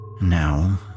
Now